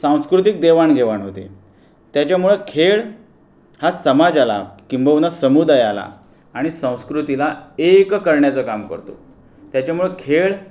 सांस्कृतिक देवाणघेवाण होते त्याच्यामुळं खेळ हा समाजाला किंबहुना समुदायाला आणि संस्कृतीला एक करण्याचं काम करतो त्याच्यामुळं खेळ